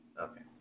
okay